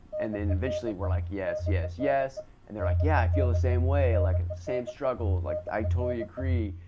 and then eventually we're like yes, yes, yes and they're like, yeah, i feel the same way. like and same struggle, like i totally agree.